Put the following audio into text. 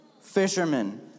fishermen